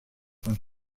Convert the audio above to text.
when